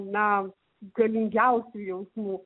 na galingiausių jausmų